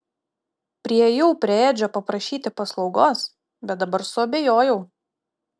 priėjau prie edžio paprašyti paslaugos bet dabar suabejojau